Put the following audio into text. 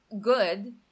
good